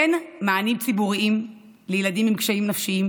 אין מענים ציבוריים לילדים עם קשיים נפשיים,